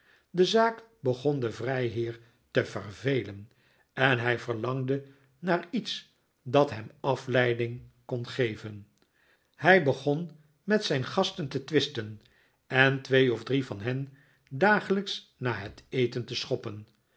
de zaak begon den vrijheer te vervelen en hij verlangde naar iets dat hem afleiding icon geven hij begon met zijn gasten te twisten en twee of drie van hen dagelijks na het eten te schoppen